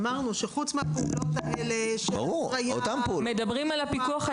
אמרנו שחוץ מהפעולות האלה של הפריה --- מדברים על הפעולות של הפיקוח